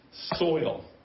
soil